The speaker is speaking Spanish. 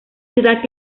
ciudad